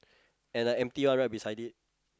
and like empty one right beside it